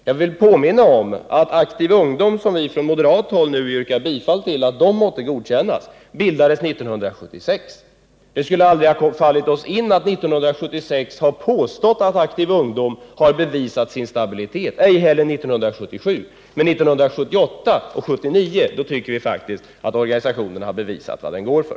Jag vill påminna om att Aktiv ungdom — vars godkännande vi på moderat håll nu yrkar bifall till bildades 1976. Det skulle aldrig ha fallit oss in att redan 1976 påstå att Aktiv ungdom hade bevisat sin stabilitet, och ej heller 1977, men 1978 och 1979 tycker vi faktiskt att organisationen har bevisat vad den går för.